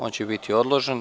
On će biti odložen.